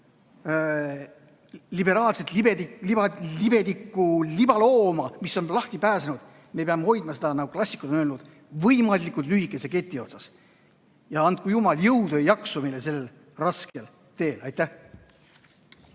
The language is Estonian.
liberaalset libedikku, libalooma, mis on lahti pääsenud, me peame hoidma, nagu klassikud on öelnud, võimalikult lühikese keti otsas. Andku Jumal jõudu ja jaksu meile sellel raskel teel! Aitäh!